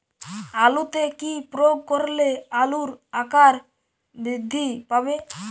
আলুতে কি প্রয়োগ করলে আলুর আকার বৃদ্ধি পাবে?